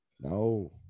No